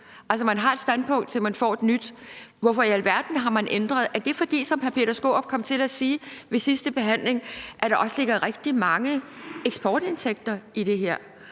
Altså, man har et standpunkt, til man får et nyt. Hvorfor i alverden har man ændret det? Er det, fordi der, som hr. Peter Skaarup kom til at sige det i forbindelse med behandlingen af det sidste forslag, også ligger rigtig mange eksportindtægter i det her?